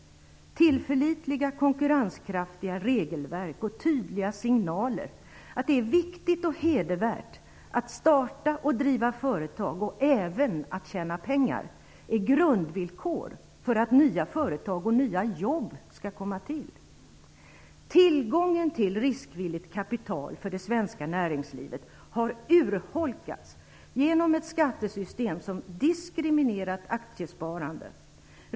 Tillförlitliga konkurrenskraftiga regelverk och tydliga signaler att det är viktigt och hedervärt att starta och driva företag och även att tjäna pengar är grundvillkor för att nya företag och nya jobb skall komma till. Tillgången till riskvilligt kapital för det svenska näringslivet har urholkats genom ett skattesystem som diskriminerat aktiesparande.